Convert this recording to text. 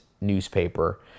newspaper